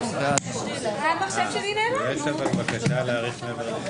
שכחו ש- -- אז חזרו למה שהיה קודם.